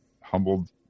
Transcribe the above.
humbled